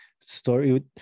Story